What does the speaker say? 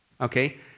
okay